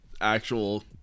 actual